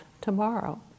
tomorrow